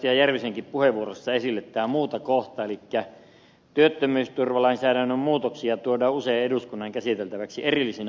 järvisenkin puheenvuorossa esille tätä muuta kohtaa elikkä työttömyysturvalainsäädännön muutoksia tuodaan usein eduskunnan käsiteltäväksi erillisinä hankkeina